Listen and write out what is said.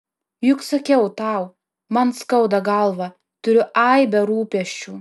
juk sakiau tau man skauda galvą turiu aibę rūpesčių